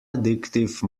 addictive